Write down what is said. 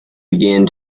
began